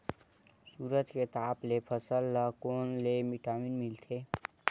सूरज के ताप ले फसल ल कोन ले विटामिन मिल थे?